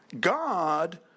God